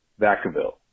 Vacaville